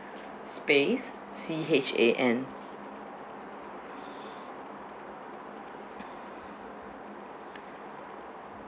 space C H A N